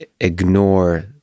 ignore